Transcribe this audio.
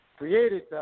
created